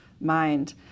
mind